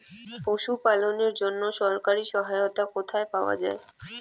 পশু পালনের জন্য সরকারি সহায়তা কোথায় পাওয়া যায়?